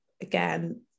again